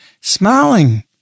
smiling